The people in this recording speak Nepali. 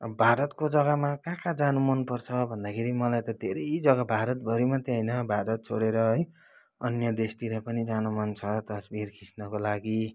भारतको जग्गामा कहाँ कहाँ जानु मन पर्छ भन्दाखेरि मलाई त धेरै जग्गा भारतभरि मात्रै होइन भारत छोडेर है अन्य देशतिर पनि जानु मन छ तस्बिर खिच्नको लागि